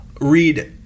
read